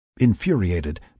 Infuriated